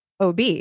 OB